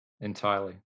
entirely